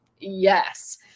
Yes